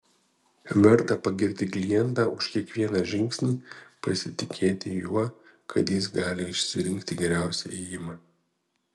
verta pagirti klientą už kiekvieną žingsnį pasitikėti juo kad jis gali išsirinkti geriausią ėjimą